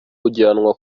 ujyanwa